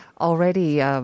already